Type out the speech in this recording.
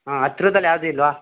ಹಾಂ ಹತ್ರದಲ್ ಯಾವುದೂ ಇಲ್ಲವಾ